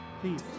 Please